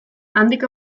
handik